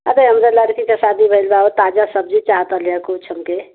अरे हमरे लड़की के शादी भइल बा ओ ताजा सब्जी चाहत लेहा कुछ हमके